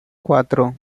cuatro